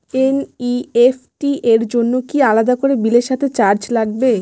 NEFT র জন্য কি আলাদা করে বিলের সাথে চার্জ লাগে?